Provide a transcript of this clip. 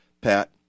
Pat